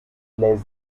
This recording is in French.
les